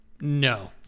No